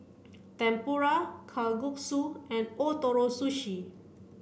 Tempura Kalguksu and Ootoro Sushi